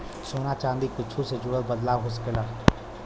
सोना चादी कुच्छो से जुड़ल बदलाव हो सकेला